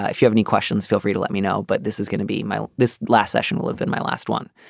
if you have any questions feel free to let me know. but this is gonna be my last session will have been my last one